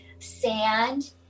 sand